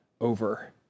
over